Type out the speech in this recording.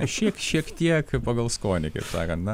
šiek šiek tiek pagal skonį kaip sakant na